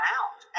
out